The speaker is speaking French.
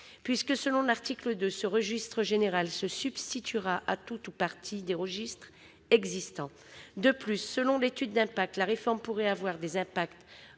puisque, selon l'article 2, ce registre général se substituera « à tout ou partie » des registres existants. De plus, selon l'étude d'impact, la réforme pourrait avoir des incidences